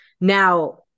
Now